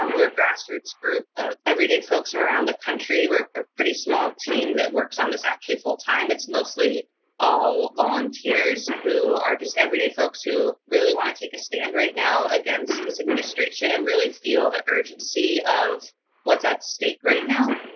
um we're a grassroots group of everyday folks from around the country we're a pretty small team that works on this actually full time. it's mostly all volunteers who are just everyday folks who really want to take a stand right now against this administration and really feel the urgency of what's at stake right now.